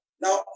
Now